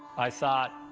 i thought,